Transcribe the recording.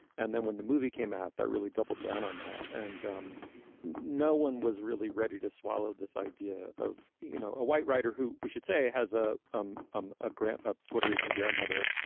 and then when the movie came out, that really doubled down on that. and um no one was really ready to swallow this idea of, you know, a white writer who we should say has ah um um a grant, a puerto rican grandmother,